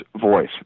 voice